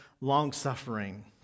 long-suffering